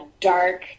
dark